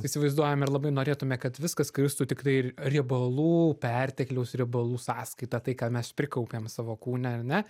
įsivaizduojam ir labai norėtume kad viskas kristų tiktai riebalų pertekliaus riebalų sąskaita tai ką mes prikaupėm savo kūne ar ne